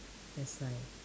that's why